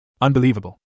Unbelievable